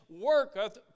worketh